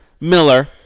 Miller